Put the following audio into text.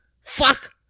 Fuck